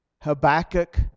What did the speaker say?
habakkuk